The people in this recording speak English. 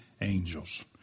angels